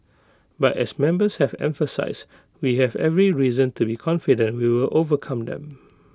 but as members have emphasised we have every reason to be confident we will overcome them